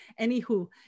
anywho